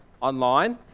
online